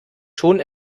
schon